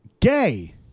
gay